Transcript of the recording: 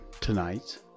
tonight